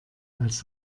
als